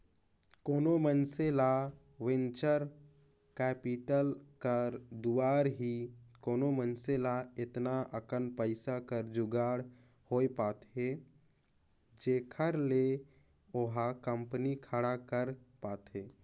कोनो मइनसे ल वेंचर कैपिटल कर दुवारा ही कोनो मइनसे ल एतना अकन पइसा कर जुगाड़ होए पाथे जेखर ले ओहा कंपनी खड़ा कर पाथे